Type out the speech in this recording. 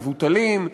מבוטלים.